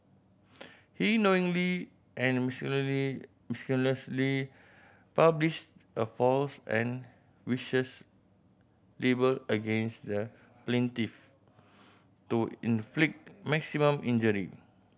he knowingly and maliciously published a false and vicious libel against the plaintiff to inflict maximum injury